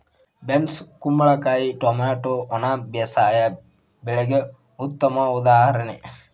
beans ಕುಂಬಳಕಾಯಿ tomato ಒಣ ಬೇಸಾಯ ಬೆಳೆಗೆ ಉತ್ತಮ ಉದಾಹರಣೆ